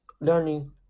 learning